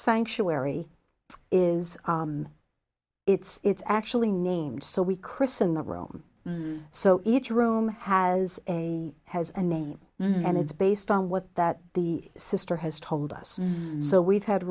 sanctuary is it's actually named so we christen the room so each room has a has a name and it's based on what that the sister has told us so we've had